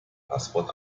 passwort